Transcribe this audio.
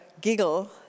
giggle